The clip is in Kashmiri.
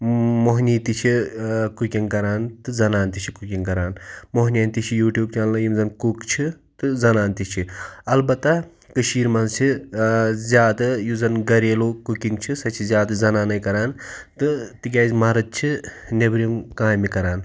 موہنی تہِ چھِ ٲں کُکِنٛگ کَران تہٕ زَنان تہِ چھِ کُکِنٛگ کَران موہنِویَن تہِ چھِ یوٗٹیوٗب چَنلہٕ یِم زَن کُک چھِ تہٕ زَنان تہِ چھِ اَلبَتہ کٔشیٖرِ مَنٛز چھِ ٲں زیادٕ یُس زَن گَھریلوٗ کُکِنٛگ چھِ سۄ چھِ زیادٕ زَنانے کَران تہٕ تِکیٛازِ مَرٕد چھِ نیٚبرِمۍ کامہِ کَران